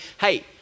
hey